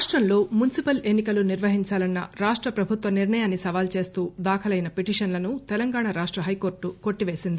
రాష్టంలో మున్సిపల్ ఎన్ని కలు నిర్వహించాలన్న రాష్ట ప్రభుత్వ నిర్ణయాన్ని సవాల్ చేస్తూ దాఖలైన పిటీషన్లను తెలంగాణ రాష్ట హైకోర్టు కొట్టివేసింది